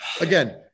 again